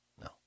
No